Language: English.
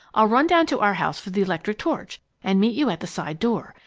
i'll run down to our house for the electric torch and meet you at the side door.